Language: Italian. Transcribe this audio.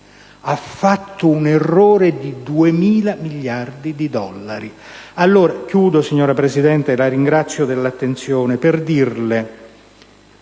ha fatto un errore di 2.000 miliardi di dollari.